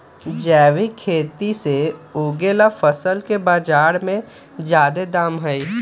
जैविक खेती से उगायल फसल के बाजार में जादे दाम हई